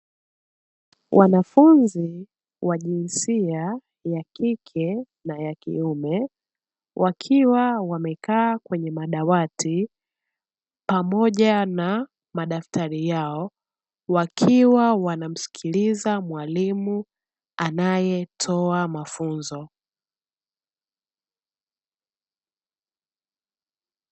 Wanafunzi wa jinsia ya kike na ya kiume, wakiwa wamekaa kwenye madawati pamoja na madaftari yao, wakiwa wanamsikiliza mwalimu anaetoa mafunzo.